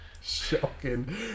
Shocking